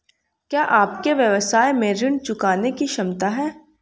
क्या आपके व्यवसाय में ऋण चुकाने की क्षमता है?